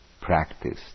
practice